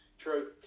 True